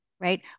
right